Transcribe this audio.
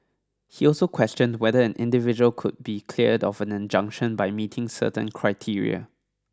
he also questioned whether an individual could be cleared of an injunction by meeting certain criteria